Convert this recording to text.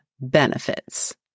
benefits